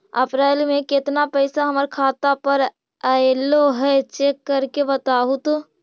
अप्रैल में केतना पैसा हमर खाता पर अएलो है चेक कर के बताहू तो?